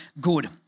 good